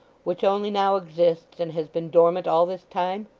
which only now exists, and has been dormant all this time?